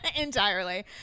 entirely